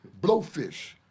blowfish